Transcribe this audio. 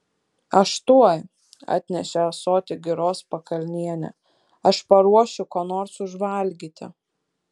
aš tuoj atnešė ąsotį giros pakalnienė aš paruošiu ko nors užvalgyti